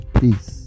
Peace